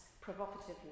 provocatively